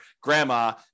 grandma